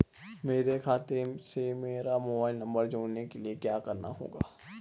मेरे खाते से मेरा मोबाइल नम्बर जोड़ने के लिये क्या करना होगा?